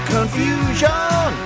Confusion